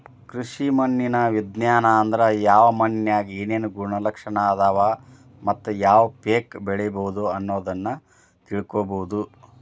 ಕೃಷಿ ಮಣ್ಣಿನ ವಿಜ್ಞಾನ ಅಂದ್ರ ಯಾವ ಮಣ್ಣಿನ್ಯಾಗ ಏನೇನು ಗುಣಲಕ್ಷಣ ಅದಾವ ಮತ್ತ ಯಾವ ಪೇಕ ಬೆಳಿಬೊದು ಅನ್ನೋದನ್ನ ತಿಳ್ಕೋಬೋದು